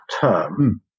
term